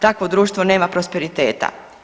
Takvo društvo nema prosperiteta.